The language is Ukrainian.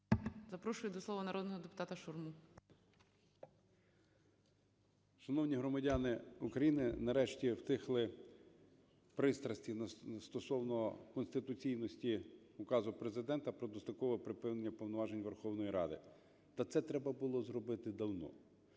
Запрошую до слова народного депутата Шурму. 13:21:08 ШУРМА І.М. Шановні громадяни України, нарешті, втихли пристрасті стосовно конституційності Указу Президента про дострокове припинення повноважень Верховної Ради. Та це треба було зробити давно.